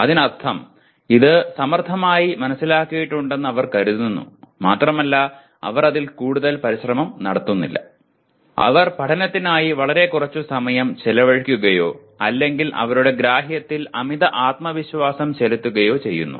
അതിനർത്ഥം ഇത് സമർത്ഥമായി മനസിലാക്കിയിട്ടുണ്ടെന്ന് അവർ കരുതുന്നു മാത്രമല്ല അവർ അതിൽ കൂടുതൽ പരിശ്രമം നടത്തുന്നില്ല അവർ പഠനത്തിനായി വളരെ കുറച്ചു സമയം ചെലവഴിക്കുകയോ അല്ലെങ്കിൽ അവരുടെ ഗ്രാഹ്യത്തിൽ അമിത ആത്മവിശ്വാസം ചെലുത്തുകയോ ചെയ്യുന്നു